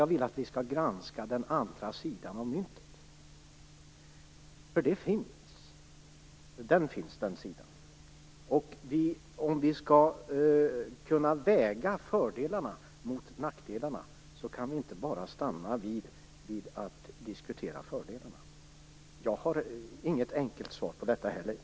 Jag vill att vi skall granska den andra sidan av myntet, för det finns en sådan. Om vi skall kunna väga fördelarna mot nackdelarna kan vi inte bara stanna vid att diskutera fördelarna. Inte heller jag har något enkelt svar på detta.